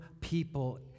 people